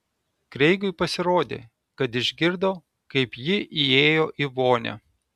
kreigui pasirodė kad išgirdo kaip ji įėjo į vonią